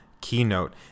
keynote